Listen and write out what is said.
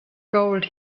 gold